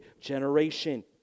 generation